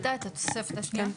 נטע, את התוספת השנייה.